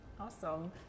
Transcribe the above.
Awesome